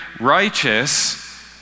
righteous